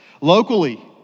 locally